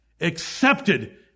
accepted